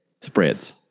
Spreads